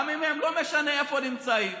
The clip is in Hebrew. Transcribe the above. לא משנה איפה הם נמצאים.